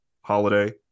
holiday